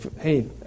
hey